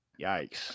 yikes